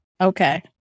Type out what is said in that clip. Okay